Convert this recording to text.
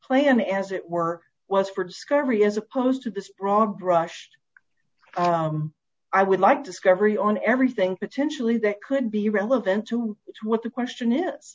plan as it were was for discovery as opposed to this broad brushed i would like discovery on everything potentially that could be relevant to what the questionis